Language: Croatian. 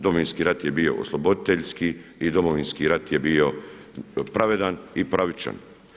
Domovinski rat je bio osloboditeljski i Domovinski rat je bio pravedan i pravičan.